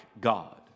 God